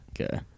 Okay